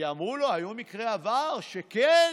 כי אמרו לו: היו מקרי עבר שכן